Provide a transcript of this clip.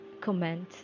comment